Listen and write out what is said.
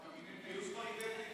גם קבינט הפיוס פריטטי?